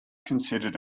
considered